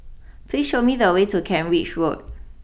please show me the way to Kent Ridge Road